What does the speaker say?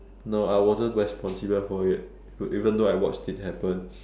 no I wasn't responsible for it even though I watched it happen